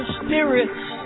spirits